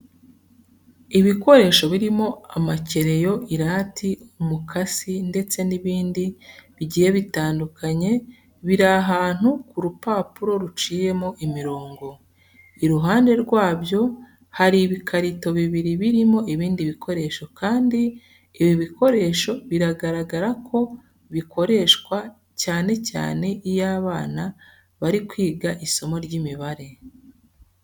Ibikoresho birimo amakereyo, irati, umukasi ndetse n'ibindi bigiye bitandukanye biri ahantu ku rupapuro ruciyemo imirongo. Iruhande rwabyo hari ibikarito bibiri birimo ibindi bikoresho kandi ibi bikoresho biragaraga ko bikoreswa cyane cyane iyo abana bari kwiga isomo ry'imibare.